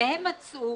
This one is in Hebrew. והם מצאו